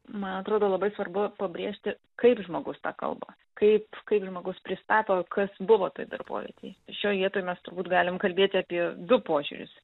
man atrodo labai svarbu pabrėžti kaip žmogus tą kalba kaip kaip žmogus pristato kas buvo toj darbovietėj šioj vietoj mes turbūt galim kalbėti apie du požiūrius